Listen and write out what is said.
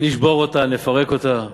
נשבור אותה, נפרק אותה,